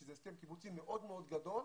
שזה הסכם קיבוצי מאוד מאוד גדול,